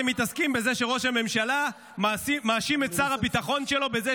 אתם מתעסקים בכול חוץ ממה שצריך להתעסק בו.